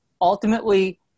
ultimately